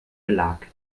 belag